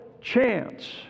chance